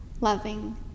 loving